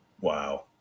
Wow